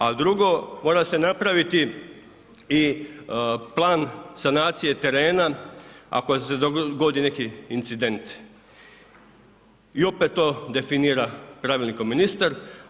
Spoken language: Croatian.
A drugo, mora se napraviti plan sanacije terena ako se dogodi neki incident i opet to definira pravilnikom ministar.